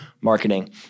marketing